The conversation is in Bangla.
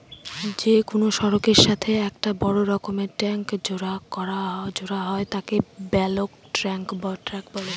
যে কোনো সড়কের সাথে একটা বড় রকমের ট্যাংক জোড়া হয় তাকে বালক ট্যাঁক বলে